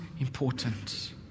important